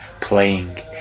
playing